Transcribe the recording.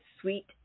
sweet